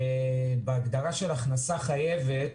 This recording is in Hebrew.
להבהיר בהגדרה "הכנסה חייבת",